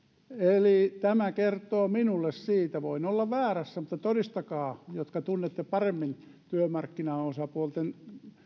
tämä kertoo minulle kyllä siitä voin olla väärässä mutta todistakaa te jotka tunnette paremmin työmarkkinaosapuolten